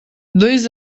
dois